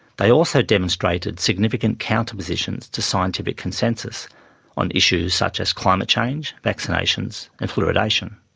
they also demonstrated significant counter positions to scientific consensus on issues such as climate change, vaccinations and fluoridation.